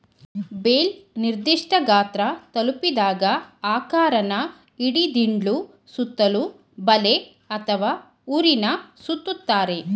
bale ನಿರ್ದಿಷ್ಠ ಗಾತ್ರ ತಲುಪಿದಾಗ ಆಕಾರನ ಹಿಡಿದಿಡ್ಲು ಸುತ್ತಲೂ ಬಲೆ ಅಥವಾ ಹುರಿನ ಸುತ್ತುತ್ತಾರೆ